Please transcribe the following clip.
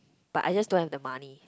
but I just don't have the money